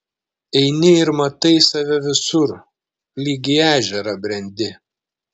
eini ir matai save visur lyg į ežerą brendi